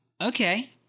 Okay